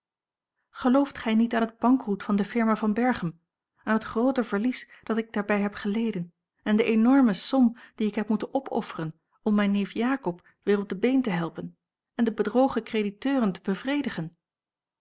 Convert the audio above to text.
gelooft gij niet aan het bankroet van de firma van berchem aan het groote verlies dat ik daarbij heb geleden en de enorme som die ik heb moeten opofferen om mijn neef jakob weer op de been te helpen en de bedrogen crediteuren te bevredigen